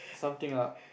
something lah